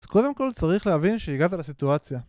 אז קודם כל צריך להבין שהגעת לסיטואציה